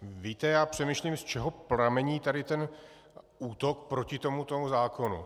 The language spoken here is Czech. Víte, já přemýšlím, z čeho pramení ten útok proti tomuto zákonu.